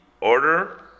order